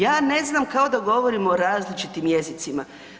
Ja ne znam, kao da govorimo u različitim jezicima.